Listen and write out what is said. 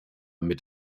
mit